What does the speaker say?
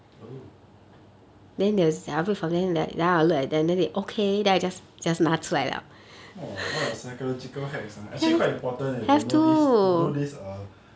oh !wah! all the psychological hacks ah actually quite important leh to know this to know this err